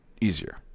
easier